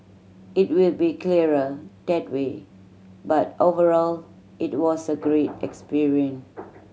it will be clearer that way but overall it was a great experience